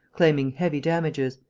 claiming heavy damages,